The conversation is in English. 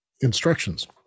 instructions